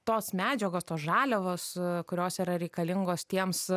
tos medžiagos tos žaliavos kurios yra reikalingos tiems